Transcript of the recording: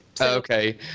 Okay